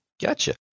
Gotcha